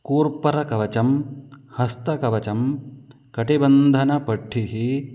कूर्परकवचं हस्तकवचं कटिबन्धनपट्टिः